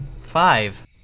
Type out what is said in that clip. Five